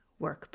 workbook